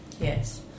Yes